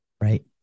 Right